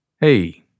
Hey